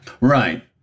Right